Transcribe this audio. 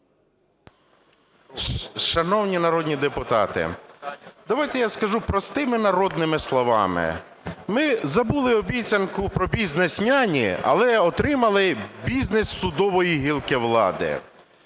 Шановні народні депутати, давайте я скажу простими народними словами. Ми забули обіцянку про "бізнес-няні", але отримали бізнес судової гілки влади.